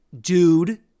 dude